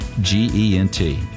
G-E-N-T